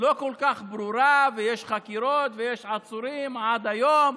לא כל כך ברורה, ויש חקירות ויש עצורים עד היום,